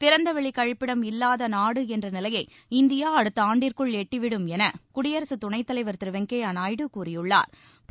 திறந்தவெளி கழிப்பிடம் இல்லாத நாடு என்ற நிலையை இந்தியா அடுத்த ஆண்டிற்குள் எட்டிவிடும் என குடியரசுத் துணைத்தலைவா் திரு வெங்கையா நாயுடு கூறியுள்ளாா்